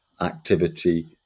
activity